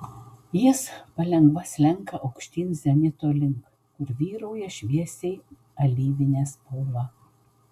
jis palengva slenka aukštyn zenito link kur vyrauja šviesiai alyvinė spalva